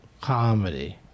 Comedy